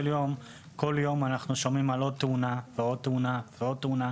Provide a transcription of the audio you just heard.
בכל יום אנחנו שומעים על עוד תאונה ועוד תאונה ועוד תאונה,